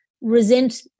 resent